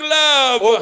love